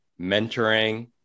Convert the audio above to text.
mentoring